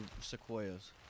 sequoias